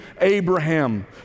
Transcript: Abraham